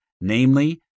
namely